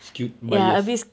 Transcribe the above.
skewed biased